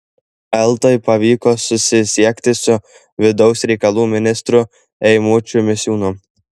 eltai pavyko susisiekti su vidaus reikalų ministru eimučiu misiūnu